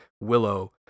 Willow